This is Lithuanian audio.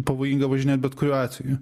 pavojinga važinėt bet kuriuo atveju